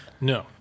No